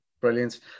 Brilliant